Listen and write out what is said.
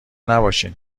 نباشین